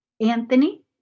Anthony